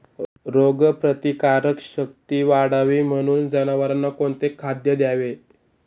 रोगप्रतिकारक शक्ती वाढावी म्हणून जनावरांना कोणते खाद्य द्यावे?